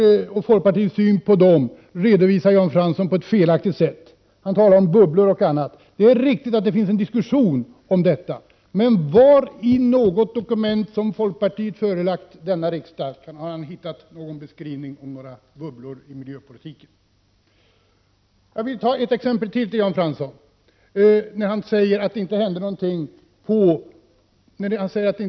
Jan Fransson redovisar på ett felaktigt sätt folkpartiets syn på miljöavgifterna. Han talar om bubblor och annat. Det är riktigt att det pågår en diskussion om detta. Men i vilket dokument som folkpartiet har förelagt denna riksdag har Jan Fransson hittat någon beskrivning av några bubblor i miljöpolitiken? Jag vill även nämna en annan sak för Jan Fransson. Han sade att det inte hände något under den borgerliga regeringstiden.